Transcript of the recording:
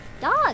Dog